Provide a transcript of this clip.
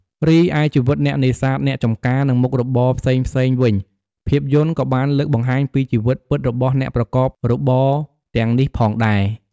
រីឯជីវិតអ្នកនេសាទ អ្នកចម្ការ និងមុខរបរផ្សេងៗវិញភាពយន្តក៏បានលើកបង្ហាញពីជីវិតពិតរបស់អ្នកប្រកបរបរទាំងនេះផងដែរ ។